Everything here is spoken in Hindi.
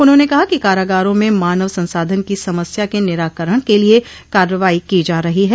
उन्होंने कहा कि कारागारों में मानव संसाधन की समस्या के निराकरण के लिये कार्रवाई की जा रही है